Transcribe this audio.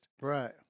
Right